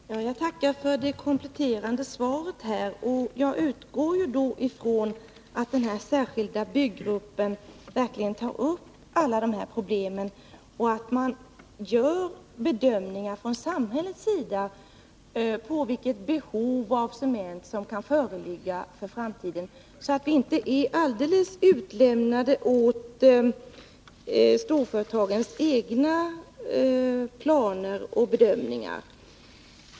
Fru talman! Jag vill tacka för det kompletterande svaret. Jag utgår från att ledningsgruppen för byggfrågor verkligen kommer att ta upp alla dessa problem och från samhällets synpunkter göra bedömningar av vilket behov av cement som kan föreligga för framtiden, så att vi inte behöver bli helt utlämnade åt storföretagens egna planer och bedömningar.